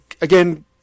again